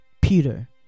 Peter